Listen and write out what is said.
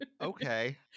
Okay